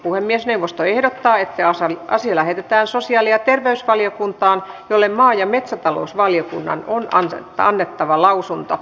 puhemiesneuvosto ehdottaa että asia lähetetään sosiaali ja terveysvaliokuntaan jolle maa ja metsätalousvaliokunnan on annettava lausunto